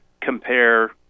compare